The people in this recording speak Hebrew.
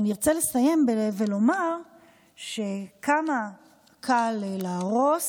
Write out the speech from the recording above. אני ארצה לסיים ולומר כמה קל להרוס